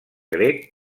grec